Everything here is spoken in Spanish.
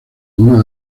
una